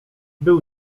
był